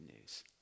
news